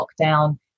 lockdown